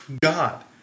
God